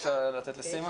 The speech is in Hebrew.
כן, בבקשה.